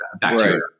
bacteria